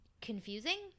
confusing